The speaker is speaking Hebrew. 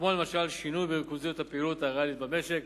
כמו למשל שינוי בריכוזיות הפעילות הריאלית במשק.